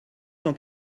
cent